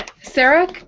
Sarah